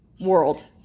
world